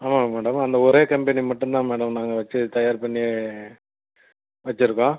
ஆமாங்க மேடம் அந்த ஒரே கம்பெனி மட்டும் தான் மேடம் நாங்கள் வச்சு தயார் பண்ணி வச்சுருக்கோம்